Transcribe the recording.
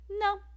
no